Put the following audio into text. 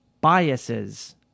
biases